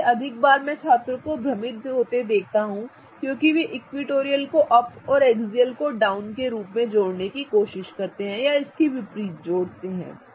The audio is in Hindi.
इसलिए अधिक बार मैं छात्रों को भ्रमित देखता हूं क्योंकि वे इक्विटोरियल को अप और एक्सियल को डाउन के रूप में जोड़ने की कोशिश करते हैं या इसके विपरीत होते हैं